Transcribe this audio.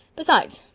besides,